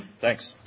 Thanks